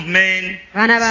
men